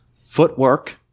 footwork